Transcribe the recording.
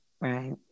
right